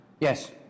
Yes